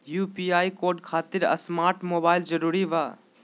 UPI code खातिर smart mobile जरूरी बा?